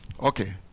Okay